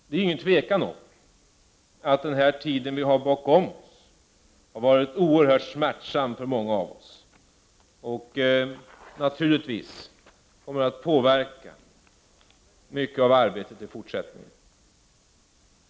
Det råder inget tvivel om att den tid vi nu har bakom oss har varit oerhört smärtsam för många av oss och naturligtvis kommer att påverka mycket av arbetet i fortsättningen.